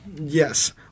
Yes